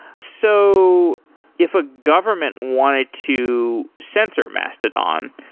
so if a government wanted to censor mastodon,